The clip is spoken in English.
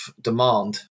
demand